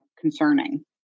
concerning